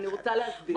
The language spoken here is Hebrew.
לא צריכה להבין דבר אחד.